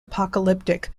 apocalyptic